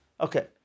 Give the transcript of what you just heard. Okay